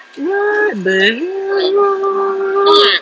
what the hell you